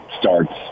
starts